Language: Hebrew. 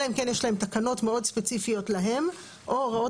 אלא אם כן יש להם תקנות מאוד ספציפיות להם או הוראות